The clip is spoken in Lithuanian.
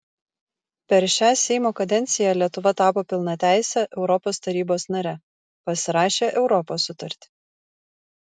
per šią seimo kadenciją lietuva tapo pilnateise europos tarybos nare pasirašė europos sutartį